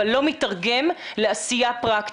אבל לא מיתרגם לעשיה פרקטית,